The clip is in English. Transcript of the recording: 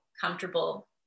comfortable